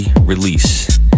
release